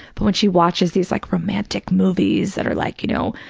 but when she watches these like romantic movies that are like, you know,